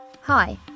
Hi